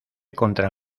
contra